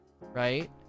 Right